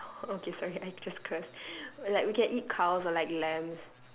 okay sorry I just cursed like we can eat cows or like lambs